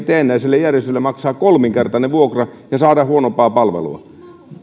teennäiselle järjestölle maksaa kolminkertainen vuokra ja saada huonompaa palvelua